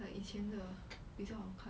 like 以前的: yi qian de 比较好看: bi jiao hao kan